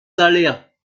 salaires